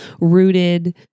rooted